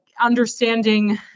understanding